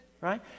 right